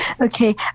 Okay